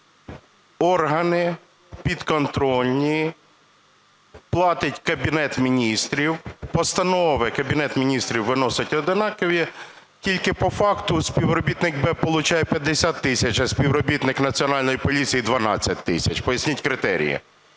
органи підконтрольні, платить Кабінет Міністрів, постанови Кабінет Міністрів виносить однакові, тільки по факту співробітник БЕБ получає 50 тисяч, а співробітник Національної поліції – 12 тисяч. Поясніть критерії.